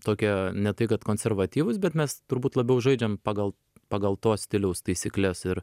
tokie ne tai kad konservatyvūs bet mes turbūt labiau žaidžiam pagal pagal to stiliaus taisykles ir